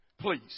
Please